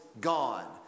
gone